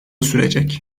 sürecek